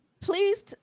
please